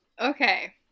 Okay